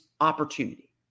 opportunity